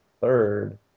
third